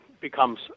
becomes